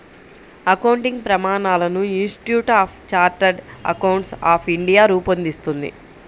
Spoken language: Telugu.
అకౌంటింగ్ ప్రమాణాలను institute of chartered accountants of India రూపొందిస్తుంది